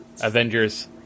Avengers